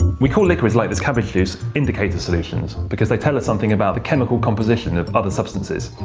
we call liquids like this cabbage juice indicator solutions because they tell us something about the chemical composition of other substances.